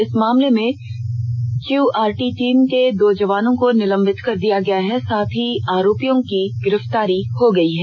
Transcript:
इस मामले में क्यूआरटी टीम के दो जवानों को निलंबित कर दिया गया है साथ ही आरोपियों की गिरफ्तारी हो गई है